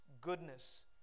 goodness